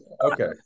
Okay